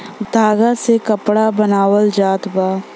धागा से कपड़ा बनावल जात बा